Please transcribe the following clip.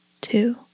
two